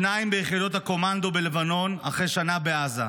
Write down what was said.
שניים ביחידות הקומנדו בלבנון, אחרי שנה בעזה.